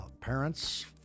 Parents